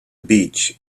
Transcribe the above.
beach